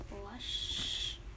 blush